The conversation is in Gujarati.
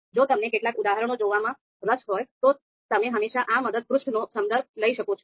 જો તમને કેટલાક ઉદાહરણો જોવામાં રસ હોય તો તમે હંમેશા આ મદદ પૃષ્ઠનો સંદર્ભ લઈ શકો છો